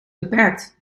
beperkt